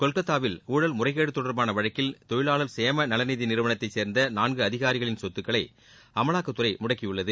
கொல்கொத்தாவில் ஊழல் முறைகேடு தொடர்பான வழக்கில் தொழிலாளர் சேமநல நிதி நிறுவனத்தை சேர்ந்த நான்கு அதிகாரிகளின் சொத்துக்களை அமலாக்கத்துறை முடக்கியுள்ளது